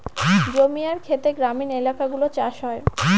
জমি আর খেতে গ্রামীণ এলাকাগুলো চাষ হয়